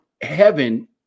heaven